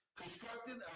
Constructed